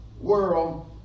world